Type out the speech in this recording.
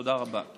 תודה רבה.